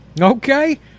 Okay